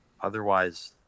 otherwise